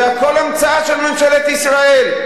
זה הכול המצאה של ממשלת ישראל,